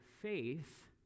faith